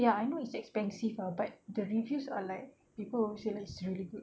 ya I know it's expensive ah but the reviews are like people say like really good